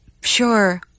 Sure